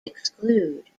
exclude